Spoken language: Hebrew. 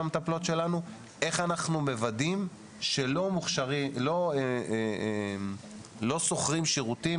המטפלות שלנו ואיך אנחנו מוודאים שלא שוכרים שירותים